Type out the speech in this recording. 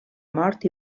mort